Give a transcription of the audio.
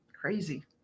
Crazy